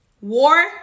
War